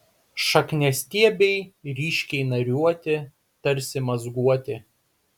šakniastiebiai ryškiai nariuoti tarsi mazguoti